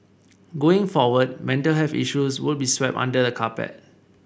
going forward mental health issues won't be swept under the carpet